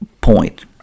point